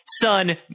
son